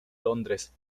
londres